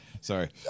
Sorry